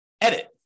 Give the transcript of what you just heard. edit